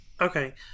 okay